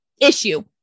issue